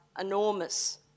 enormous